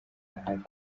ahari